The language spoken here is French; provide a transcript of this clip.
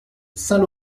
saint